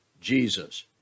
Jesus